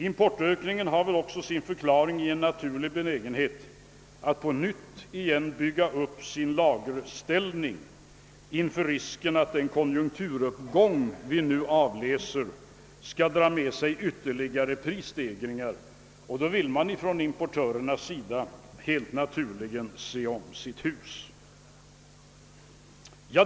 Importökningen har väl också sin förklaring i en benägenhet att på nytt bygga upp lagerhållningen inför risken att den konjunkturuppgång vi nu avläser skall föra med sig ytterligare prisstegringar. Då vill man från importörsidan helt naturligt se om sitt hus.